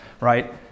right